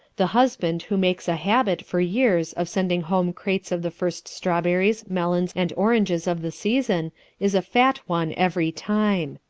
the husband who makes a habit for years of sending home crates of the first strawberries, melons and oranges of the season is a fat one every time.